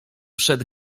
przed